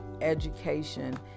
education